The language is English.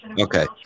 Okay